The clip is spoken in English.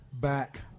back